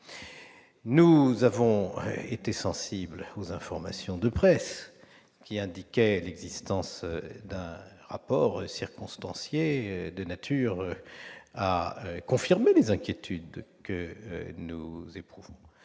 Nous avons été sensibles aux informations de presse indiquant l'existence d'un rapport circonstancié de nature à confirmer nos inquiétudes. Oui ! Si je vous